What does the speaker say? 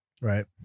Right